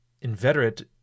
inveterate